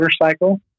motorcycle